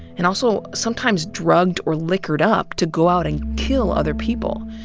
and also sometimes drugged or liquored up, to go out and kill other people.